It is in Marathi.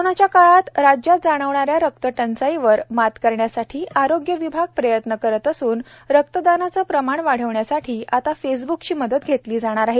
कोरोनाच्या काळात राज्यात जाणवणाऱ्या रक्तटंचाईवर मात करण्यासाठी आरोग्य विभाग प्रयत्न करीत असून रक्तदानाचे प्रमाण वाढविण्यासाठी आता फेसब्कची मदत घेण्यात येणार आहे